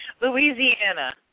louisiana